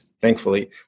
thankfully